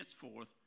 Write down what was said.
henceforth